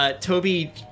Toby